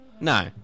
No